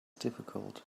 difficult